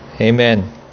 Amen